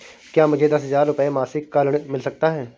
क्या मुझे दस हजार रुपये मासिक का ऋण मिल सकता है?